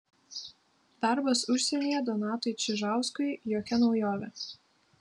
darbas užsienyje donatui čižauskui jokia naujovė